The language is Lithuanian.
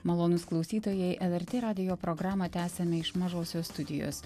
malonūs klausytojai lrt radijo programą tęsiame iš mažosios studijos